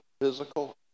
physical